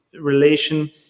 relation